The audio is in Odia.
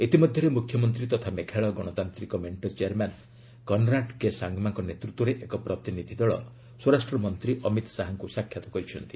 ଇତି ମଧ୍ୟରେ ମୁଖ୍ୟମନ୍ତ୍ରୀ ତଥା ମେଘାଳୟ ଗଣତାନ୍ତ୍ରିକ ମେଣ୍ଟ ଚେୟାରମ୍ୟାନ କନ୍ରାଡ୍ କେ ସାଙ୍ଗ୍ମାଙ୍କ ନେତୃତ୍ୱରେ ଏକ ପ୍ରତିନିଧି ଦଳ ସ୍ପରାଷ୍ଟ୍ରମନ୍ତ୍ରୀ ଅମିତ ଶାହାଙ୍କୁ ସାକ୍ଷାତ କରିଛନ୍ତି